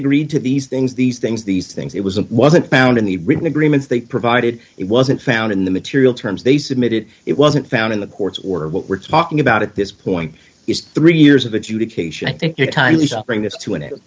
agreed to these things these things these things it was a wasn't found in the written agreements they provided it wasn't found in the material terms they submitted it wasn't found in the courts or what we're talking about at this point is three years of adjudication i think your time is offering this to an